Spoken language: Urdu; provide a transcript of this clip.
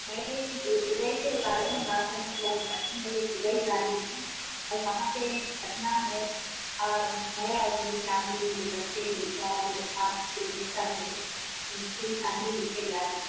میں دبئی سے آ رہی ہوں بات کرنا چاہ رہی ہوں دبئی سے آ رہی ہوں اور وہاں پہ رہنا ہے میں اور میری فیملی میرے بچے میرے شوہر میرے ساتھ ہیں پوری فیملی مل کے جا رہی ہے